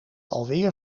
alweer